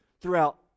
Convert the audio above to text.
throughout